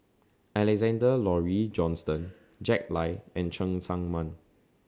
Alexander Laurie Johnston Jack Lai and Cheng Tsang Man